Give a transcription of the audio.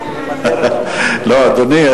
לא, אדוני.